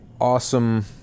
awesome